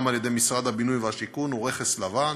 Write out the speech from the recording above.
על-ידי משרד הבינוי והשיכון הוא "רכס לבן",